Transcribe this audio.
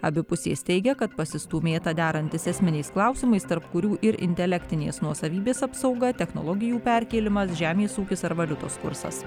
abi pusės teigia kad pasistūmėta derantis esminiais klausimais tarp kurių ir intelektinės nuosavybės apsauga technologijų perkėlimas žemės ūkis ar valiutos kursas